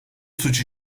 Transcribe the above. suç